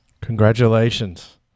Congratulations